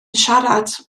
siarad